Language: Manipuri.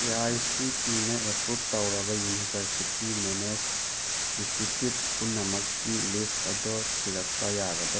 ꯑꯦ ꯑꯥꯏ ꯁꯤ ꯇꯤ ꯏꯅ ꯑꯦꯄ꯭ꯔꯨꯕ ꯇꯧꯔꯕ ꯌꯨꯅꯤꯚꯔꯁꯤꯇꯤ ꯃꯦꯅꯦꯖ ꯏꯟꯁꯇꯤꯇ꯭ꯌꯨꯠ ꯄꯨꯝꯅꯃꯛꯀꯤ ꯂꯤꯁ ꯑꯗꯨ ꯊꯤꯔꯛꯄ ꯌꯥꯒꯗ꯭ꯔꯥ